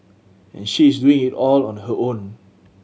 and she is doing it all on her own